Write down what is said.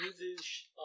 uses